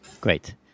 Great